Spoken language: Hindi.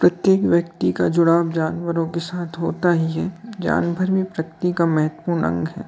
प्रत्येक व्यक्ति का जुड़ाव जानवरों के साथ होता ही है जानवर भी प्रकृति का महत्वपूर्ण अंग हैं